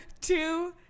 two